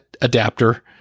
adapter